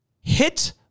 hit